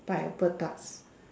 pineapple Tart